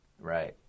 Right